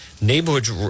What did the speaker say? Neighborhoods